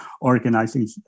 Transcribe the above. organizing